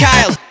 Kyle